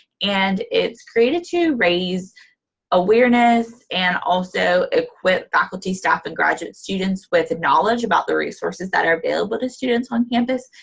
and it's created to raise awareness and also equip faculty, staff, and graduate students with knowledge about the resources that are available but to students on campus.